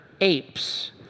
apes